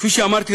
כפי שאמרתי,